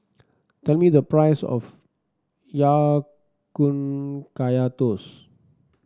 tell me the price of Ya Kun Kaya Toast